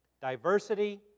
Diversity